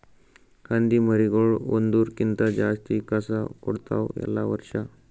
ಹಂದಿ ಮರಿಗೊಳ್ ಒಂದುರ್ ಕ್ಕಿಂತ ಜಾಸ್ತಿ ಕಸ ಕೊಡ್ತಾವ್ ಎಲ್ಲಾ ವರ್ಷ